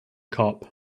cop